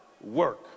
work